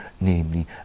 namely